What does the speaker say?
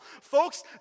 Folks